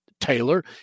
Taylor